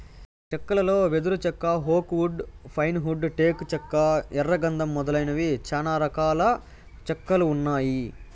చెక్కలలో వెదురు చెక్క, ఓక్ వుడ్, పైన్ వుడ్, టేకు చెక్క, ఎర్ర గందం మొదలైనవి చానా రకాల చెక్కలు ఉన్నాయి